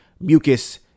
Mucus